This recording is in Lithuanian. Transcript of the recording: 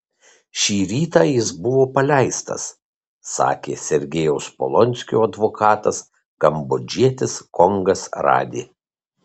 šį rytą jis buvo paleistas sakė sergejaus polonskio advokatas kambodžietis kongas rady